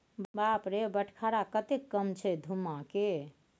बाप रे बटखरा कतेक कम छै धुम्माके